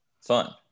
fun